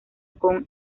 con